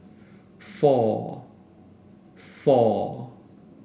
four four